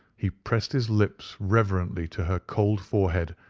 he pressed his lips reverently to her cold forehead,